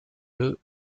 eux